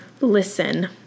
listen